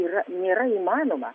yra nėra įmanoma